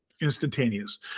instantaneous